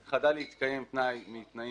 הסעיף הזה: "חדל להתקיים בבעל הרישיון תנאי מהתנאים